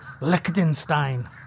Liechtenstein